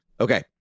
Okay